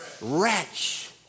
wretch